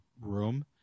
room